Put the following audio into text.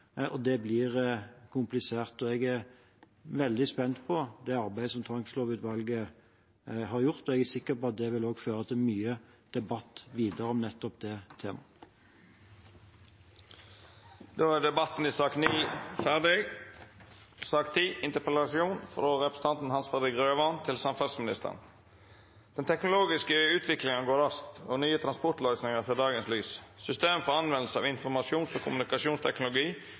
og det blir komplisert. Jeg er veldig spent på det arbeidet tvangslovutvalget har gjort. Jeg er sikker på at det vil føre til mye debatt videre om nettopp det temaet. Debatten i sak nr. 9 er avslutta. Den teknologiske utviklingen gir oss helt nye muligheter til å utvikle gode, effektive og mer miljøvennlige transportløsninger. Transportsektoren står foran store endringer. Den er i ferd med å reformeres på flere områder. Bilparken elektrifiseres, og